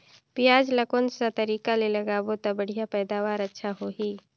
पियाज ला कोन सा तरीका ले लगाबो ता बढ़िया पैदावार अच्छा होही?